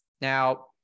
Now